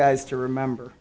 guys to remember